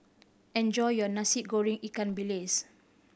enjoy your Nasi Goreng ikan bilis